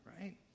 right